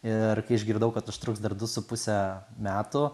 ir kai išgirdau kad užtruks dar du su puse metų